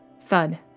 Thud